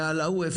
ועל ההוא,